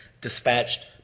dispatched